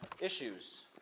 issues